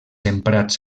emprats